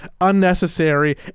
unnecessary